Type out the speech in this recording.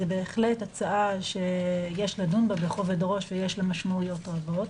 זו בהחלט הצעה שיש לדון בה בכובד ראש ויש לה משמעויות רבות.